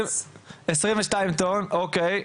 22 טון, אוקיי.